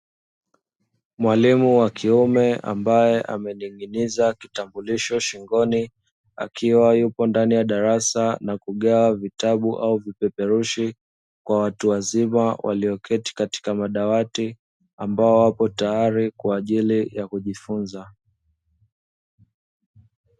Mwalimu wa kiume ambaye amening'iniza tutambulishe shingoni, akiwa yupo ndani ya darasa na kugawa vitabu au kupeperushi kwa watu wazima walioketi katika madawati, ambao wapo tayari kwa ajili ya kujifunza.